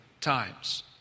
Times